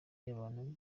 y’abantu